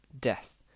death